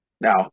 Now